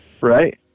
right